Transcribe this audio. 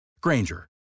Granger